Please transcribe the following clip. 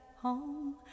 home